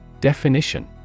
Definition